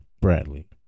Bradley